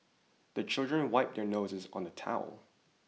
the children wipe their noses on the towel